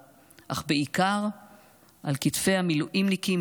אך בעיקר על כתפי המילואימניקים,